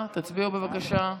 תצביעו בבקשה.